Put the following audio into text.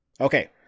okay